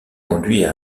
conduit